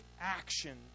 action